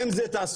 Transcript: אם זה תעסוקה,